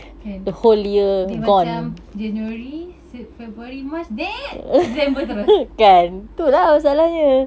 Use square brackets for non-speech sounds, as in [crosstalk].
kan dia macam january se~ february march [noise] december terus